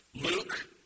Luke